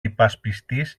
υπασπιστής